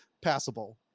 passable